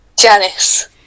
Janice